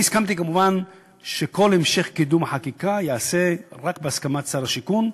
אני הסכמתי כמובן שכל המשך קידום החקיקה ייעשה רק בהסכמת שר השיכון,